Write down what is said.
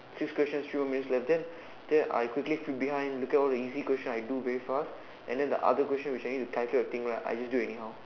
six question two minute left then then I quickly flip behind look all easy question I do very fast and then the other question we changed it calculate the thing lah I just do it anyhow